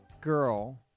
girl